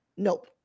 Nope